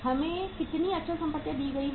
हमें कितनी अचल संपत्तियां दी गई हैं